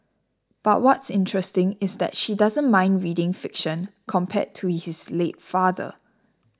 but what's interesting is that she doesn't mind reading fiction compared to his late father